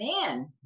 man